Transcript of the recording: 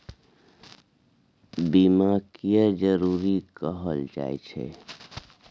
बीमा किये जरूरी कहल जाय छै?